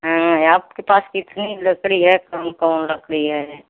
हाँ आपके पास कितनी लकड़ी है कौन कौन लकड़ी है